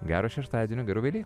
gero šeštadienio gerų velykų